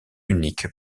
unique